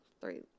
three